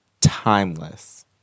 timeless